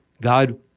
God